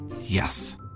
Yes